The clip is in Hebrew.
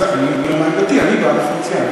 אז אני אומר מה עמדתי: אני בעד דיפרנציאלי,